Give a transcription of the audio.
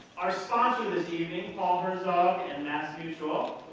our sponsor this evening, paul herzog and mass mutual.